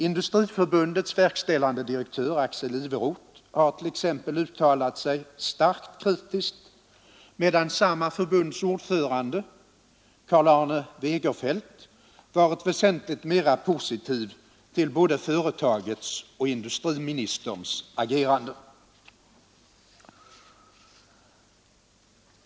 Industriförbundets verkställande direktör Axel Iveroth har t.ex. uttalat sig starkt kritiskt, medan samma förbunds ordförande Karl Arne Wegerfelt varit väsentligt mera positiv till både företagets och industriministerns agerande.